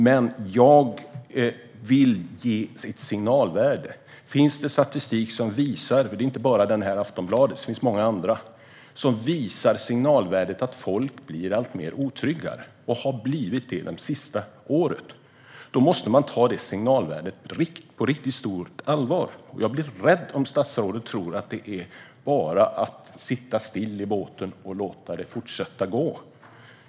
Det här gäller inte bara Aftonbladets statistik. Om det finns statistik som visar en signal om att folk blir alltmer otrygga och har blivit det under det senaste året måste man ta denna signal på riktigt stort allvar. Jag blir rädd om statsrådet tror att man bara kan sitta still i båten och låta det fortgå.